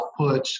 outputs